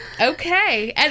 okay